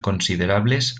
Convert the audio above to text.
considerables